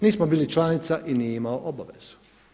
Nismo bili članica i nije imao obavezu.